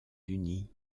unis